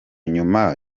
nyuma